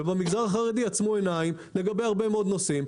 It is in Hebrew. ובמגזר החרדי עצמו עיניים לגבי הרבה מאוד נושאים.